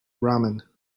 ramen